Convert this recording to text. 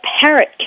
Parrot